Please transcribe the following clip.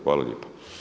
Hvala lijepa.